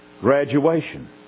graduation